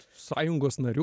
sąjungos nariu